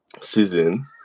season